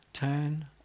Turn